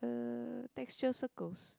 uh texture circles